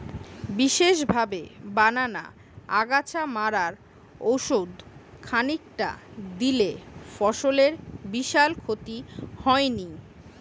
বিশেষভাবে বানানা আগাছা মারার ওষুধ খানিকটা দিলে ফসলের বিশাল ক্ষতি হয়নি